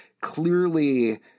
clearly